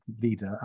leader